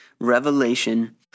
Revelation